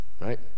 Right